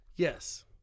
Yes